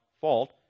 fault